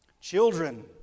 children